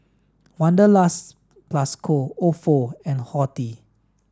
Wanderlust plus Co Ofo and Horti